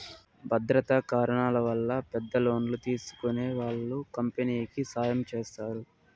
భద్రతా కారణాల వల్ల పెద్ద లోన్లు తీసుకునే వాళ్ళు కంపెనీకి సాయం చేస్తారు